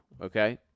okay